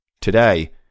Today